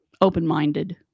open-minded